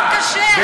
כן, נכון, קשה.